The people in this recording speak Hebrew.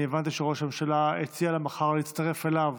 אני הבנתי שראש הממשלה הציע לה להצטרף אליו